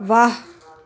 ਵਾਹ